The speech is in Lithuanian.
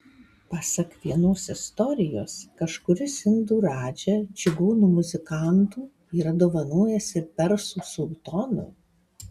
pasak vienos istorijos kažkuris indų radža čigonų muzikantų yra dovanojęs ir persų sultonui